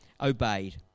obeyed